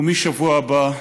ומהשבוע הבא,